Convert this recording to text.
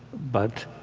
but